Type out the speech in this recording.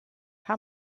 how